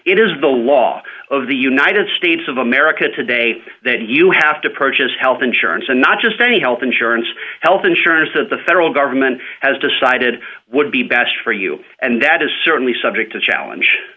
it is the law of the united states of america today that you have to purchase health insurance and not just any health insurance health insurance that the federal government has decided would be best for you and that is certainly subject to challenge